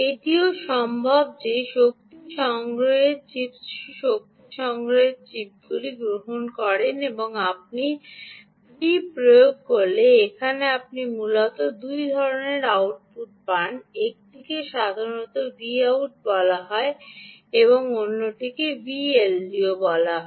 এটিও সম্ভব যে শক্তি সংগ্রহের চিপস শক্তি সংগ্রহের চিপগুলি গ্রহণ করেন এবং আপনি V¿ প্রয়োগ করলে এখানে আপনি মূলত 2 ধরণের আউটপুট পান একটিকে সাধারণ Vout বলা হয় অন্যটিকে VLDO বলা হয়